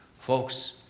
Folks